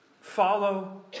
follow